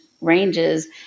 ranges